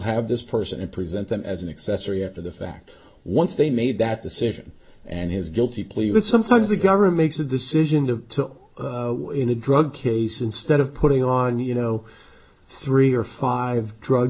have this person and present them as an accessory after the fact once they made that decision and his guilty plea that sometimes the government makes a decision to in a drug case instead of putting on you know three or five drug